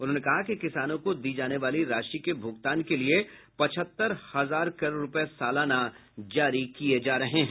उन्होंने कहा कि किसानों को दी जाने वाली राशि के भुगतान के लिए पचहत्तर हजार करोड़ रूपये सालाना जारी किये जा रहे हैं